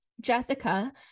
Jessica